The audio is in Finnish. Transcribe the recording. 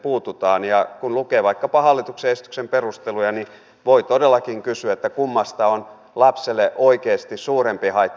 ja kun lukee vaikkapa hallituksen esityksen perusteluja niin voi todellakin kysyä kummasta on lapselle oikeasti suurempi haitta